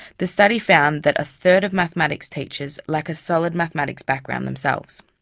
the study found that a third of mathematics teachers lack a solid mathematics background themselves.